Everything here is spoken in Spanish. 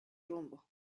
rumbo